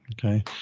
Okay